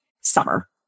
summer